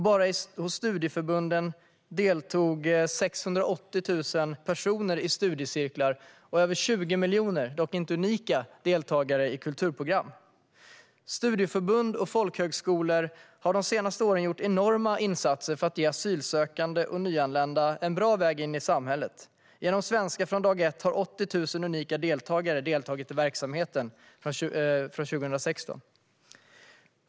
Bara i studieförbundens verksamhet deltog 680 000 personer i studiecirklar och över 20 miljoner deltagare, dock inte unika, i kulturprogram. Studieförbund och folkhögskolor har under de senaste åren gjort enorma insatser för att ge asylsökande och nyanlända en bra väg in i samhället. Genom svenska från dag ett har 80 000 unika deltagare deltagit i verksamheten 2016.